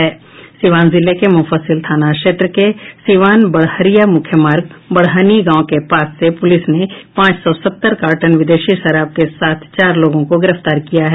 सीवान जिले के मुफस्सिल थाना क्षेत्र के सीवान बड़हरिया मुख्य मार्ग बड़हनी गांव के पास से पुलिस ने पांच सौ सत्तर कार्टन विदेशी शराब के साथ चार लोगों को गिरफ्तार किया है